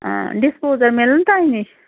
آ ڈِسپوزَل مِلن تۄہہِ نِش